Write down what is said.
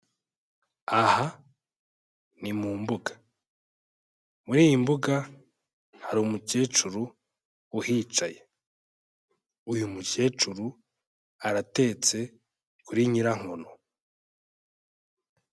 Aha ni mu mbuga, muri iyi mbuga hari umukecuru uhicaye, uyu mukecuru aratetse kuri nyirankono.